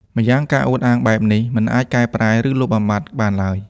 ម្យ៉ាងការអួតអាងបែបនេះ មិនអាចកែប្រែ ឬលុបបំបាត់បានឡើយ។